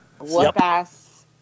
Whoop-ass